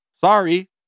Sorry